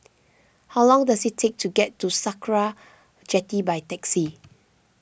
how long does it take to get to Sakra Jetty by taxi